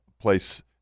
place